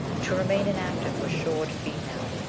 to remain inactive was sure defeat now.